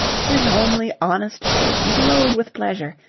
his homely, honest face glowed with pleasure,